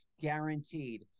guaranteed